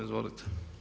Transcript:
Izvolite.